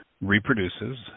reproduces